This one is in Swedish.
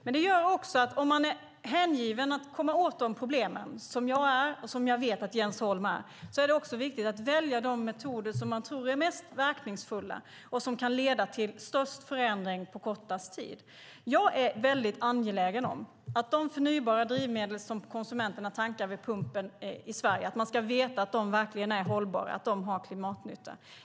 Det gör också att om man är hängiven att komma åt de problemen, som jag är och som jag vet att Jens Holm är, är det också viktigt att välja de metoder som man tror är mest verkningsfulla och som man tror kan leda till störst förändring på kortast tid. Jag är väldigt angelägen om att konsumenterna ska veta att de förnybara drivmedel som de tankar vid pumpen i Sverige är hållbara och har klimatnytta.